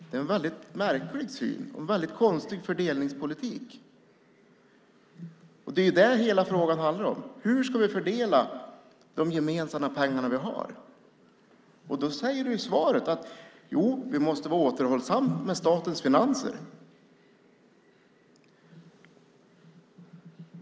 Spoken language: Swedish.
Det är en väldigt märklig syn och en väldigt konstig fördelningspolitik. Det är vad hela frågan handlar om. Hur ska vi fördela de gemensamma pengarna? Du säger i svaret: Vi måste vara återhållsamma i statens finanser.